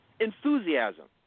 Enthusiasm